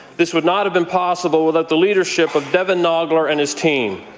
this would not have been possible without the leadership of devan naugler and his team.